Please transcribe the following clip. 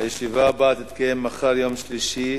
הישיבה הבאה תתקיים מחר, יום שלישי,